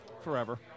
forever